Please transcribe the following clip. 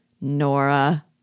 Nora